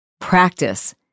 practice